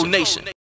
nation